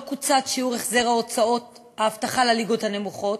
לא קוצץ שיעור החזר הוצאות האבטחה לליגות הנמוכות